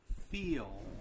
feel